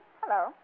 Hello